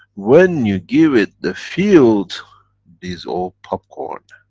when you give it the fields these all popcorn.